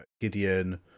Gideon